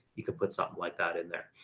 you can put something like that in there.